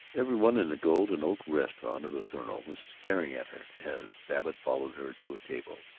every one in the gold and oak restaurant of the thornleigh was staring at her as babbitt followed her to a table.